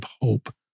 hope